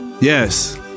Yes